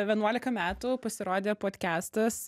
vienuolika metų pasirodė podkestas